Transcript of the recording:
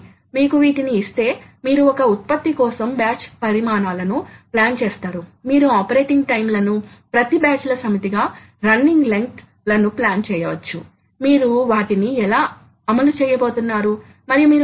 కాబట్టి మోటర్ ల లో మనకు స్థిరమైన టార్క్ మరియు స్థిరమైన శక్తి ఉన్న ఈ ప్రాంతాలు ఎలా ఉన్నాయో వివిధ డ్రైవ్ లక్షణాలను చూసినప్పుడు మనం తరువాత తెలుసుకుందాం